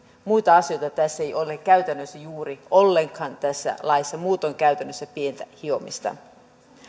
muita asioita tässä laissa ei ole käytännössä juuri ollenkaan muutoin käytännössä pientä hiomista